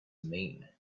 mean